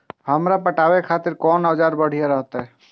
हमरा पटावे खातिर कोन औजार बढ़िया रहते?